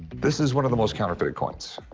this is one of the most counterfeited coins.